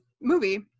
movie